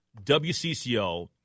WCCO